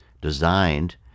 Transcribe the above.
designed